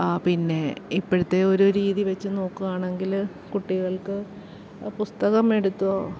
ആ പിന്നെ ഇപ്പഴത്തെയൊരു രീതി വെച്ച് നോക്കുവാണെങ്കില് കുട്ടികൾക്ക് പുസ്തകമെടുത്തോ